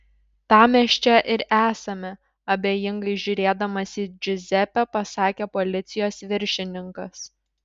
tam mes čia ir esame abejingai žiūrėdamas į džiuzepę pasakė policijos viršininkas